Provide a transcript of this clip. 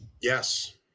Yes